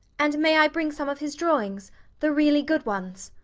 and may i bring some of his drawings the really good ones?